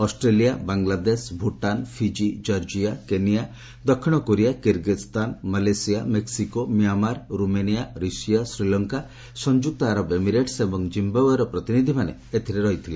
Australia Bangladesh Bhutan Fiji କର୍କିଆ Kenya ଦକ୍ଷିଣ Korea Kyrgyzstan Malaysia Mexico Myanmar Romania Russia Sri Lanka ସଂଯୁକ୍ତ ଆରବ ଏମିରେଟସ୍ ଏବଂ ଜିମ୍ବାଓ୍ବେର ପ୍ରତିନିଧିମାନେ ଏଥିରେ ଅଛନ୍ତି